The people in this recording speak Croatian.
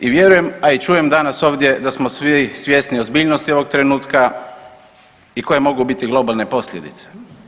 I vjerujem, a i čujem danas ovdje da smo svi svjesni ozbiljnosti ovog trenutka i koje mogu biti globalne posljedice.